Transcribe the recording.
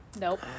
Nope